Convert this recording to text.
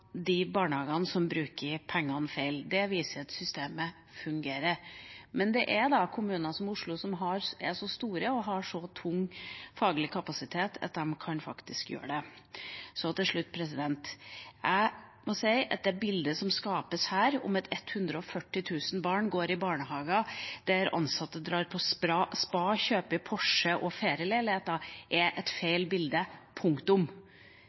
de barnehagene som bruker pengene feil. Det viser at systemet fungerer. Men det gjelder da kommuner som Oslo, som er så store og har så tung faglig kapasitet at de faktisk kan gjøre det. Så til slutt: Jeg må si at det bildet som skapes her om at 140 000 barn går i barnehager der ansatte drar på spa, kjøper Porsche og ferieleiligheter, er et feil bilde. Punktum.